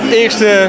eerste